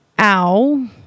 ow